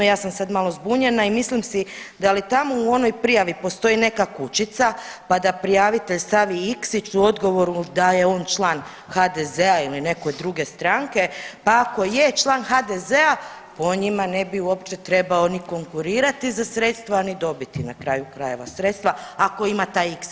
Ja sam sad malo zbunjena i mislim si da li tamo u onoj prijavi postoji neka kućica pa da prijavitelj stavi iksić u odgovoru da je on član HDZ-a ili neke druge stranke, pa ako je član HDZ-a po njima uopće trebao ni konkurirati za sredstva ni dobiti na kraju krajeva sredstva ako ima taj iksić u kućici.